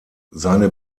seine